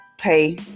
pay